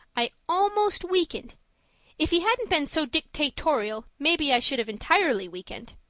i almost weakened if he hadn't been so dictatorial, maybe i should have entirely weakened.